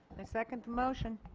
i second the motion.